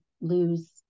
lose